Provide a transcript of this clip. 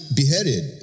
beheaded